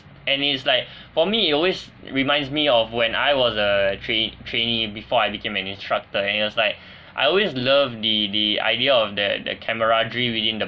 and it's like for me it always reminds me of when I was a trai~ trainee before I became an instructor and it was like I always loved the the idea of the the camaraderie within the